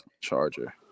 Charger